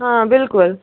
ہاں بلکُل